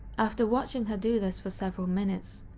after watching her do this for several minutes,